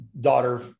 daughter